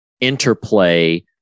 interplay